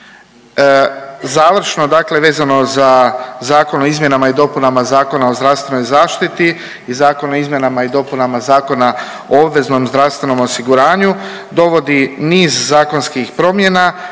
Završno dakle vezano za Zakon o izmjenama i dopunama Zakona o zdravstvenoj zaštiti i Zakon o izmjenama i dopunama Zakona o obveznom zdravstvenom osiguranju dovodi niz zakonskih promjena